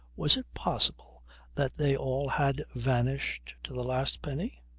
was it possible that they all had vanished to the last penny?